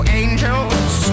angels